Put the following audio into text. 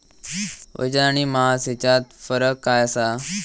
वजन आणि मास हेच्यात फरक काय आसा?